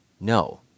no